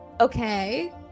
okay